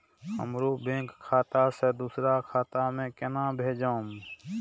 हमरो बैंक खाता से दुसरा खाता में केना भेजम?